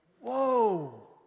Whoa